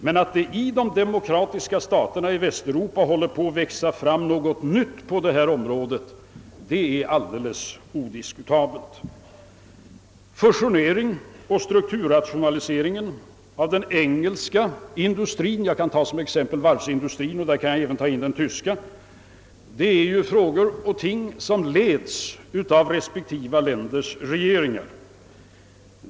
Men att det i de demokratiska staterna i Västeuropa håller på att växa fram någonting nytt på detta område är alldeles odiskutabelt. Fusioneringen och strukturrationaliseringen av den engelska industrien, exempelvis varvsindustrien varvid även den tyska kan nämnas, är ju saker som leds av respektive länders regeringar.